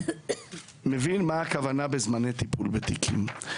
מבין מה הכוונה בזמני טיפול בתיקים,